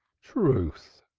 truth,